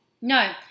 No